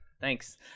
Thanks